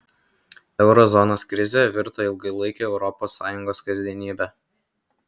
euro zonos krizė virto ilgalaike europos sąjungos kasdienybe